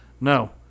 no